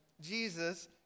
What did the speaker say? Jesus